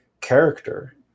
character